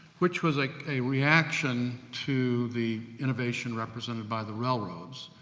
which was a, a reaction to the innovation represented by the railroads,